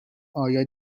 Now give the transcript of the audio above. آیا